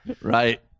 Right